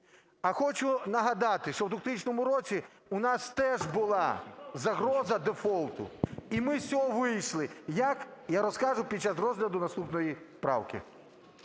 А хочу нагадати, що в 2000 році у нас теж була загроза дефолту - і ми з цього вийшли. Як? Я розкажу під час розгляду наступної правки.